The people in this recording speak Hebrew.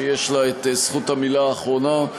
שיש לה את זכות המילה האחרונה,